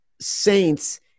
Saints